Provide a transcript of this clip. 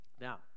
now